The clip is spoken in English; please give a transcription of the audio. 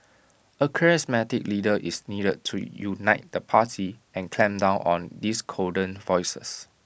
A charismatic leader is needed to unite the party and clamp down on discordant voices